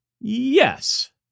Yes